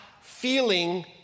feeling